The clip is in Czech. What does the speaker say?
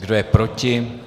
Kdo je proti?